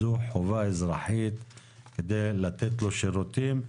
זו חובה אזרחית כדי לתת לו שירותים.